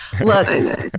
Look